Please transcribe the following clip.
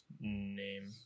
name